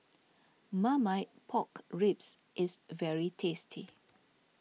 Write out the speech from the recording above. Marmite Pork Ribs is very tasty